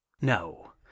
No